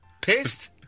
Pissed